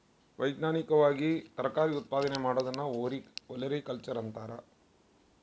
ವೈಜ್ಞಾನಿಕವಾಗಿ ತರಕಾರಿ ಉತ್ಪಾದನೆ ಮಾಡೋದನ್ನ ಒಲೆರಿಕಲ್ಚರ್ ಅಂತಾರ